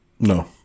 No